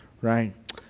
right